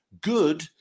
good